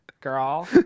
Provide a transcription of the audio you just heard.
Girl